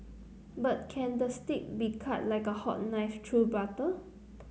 but can the steak be cut like a hot knife through butter